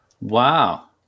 Wow